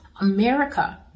America